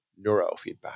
Neurofeedback